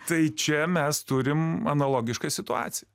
tai čia mes turim analogišką situaciją